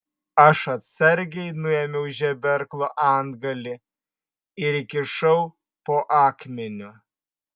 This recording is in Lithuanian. aš atsargiai nuėmiau žeberklo antgalį ir įkišau po akmeniu